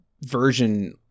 version